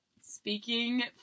speaking